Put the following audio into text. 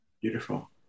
Beautiful